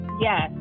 Yes